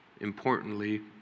importantly